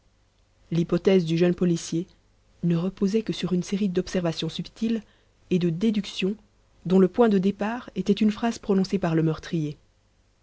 l'hypothèse du jeune policier ne reposait que sur une série d'observations subtiles et de déductions dont le point de départ était une phrase prononcée par le meurtrier